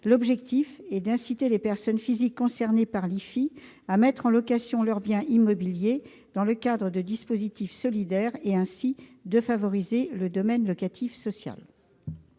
L'objectif est d'inciter les personnes physiques concernées par l'IFI à mettre en location leurs biens immobiliers dans le cadre de dispositifs solidaires et de favoriser ainsi la location